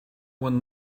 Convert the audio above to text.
when